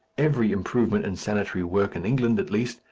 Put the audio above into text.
every improvement in sanitary work in england, at least,